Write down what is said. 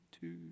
two